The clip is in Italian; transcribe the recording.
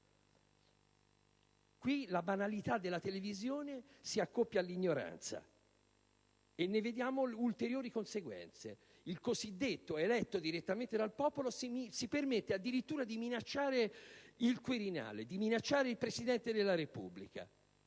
La banalità della televisione si accoppia all'ignoranza, e ne vediamo le ulteriori conseguenze: il cosiddetto eletto direttamente dal popolo si permette addirittura di minacciare il Quirinale, il Presidente della Repubblica.